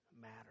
matter